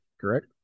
Correct